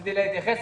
רציתי להתייחס,